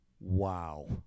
Wow